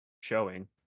showing